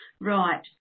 Right